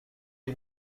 est